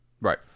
Right